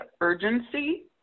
urgency